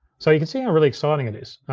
so you can see how really exciting it is.